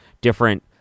different